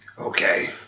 okay